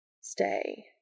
Stay